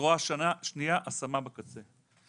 וזרוע שנייה, השמה בקצה.